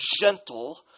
gentle